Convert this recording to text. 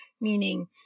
meaning